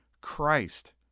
Christ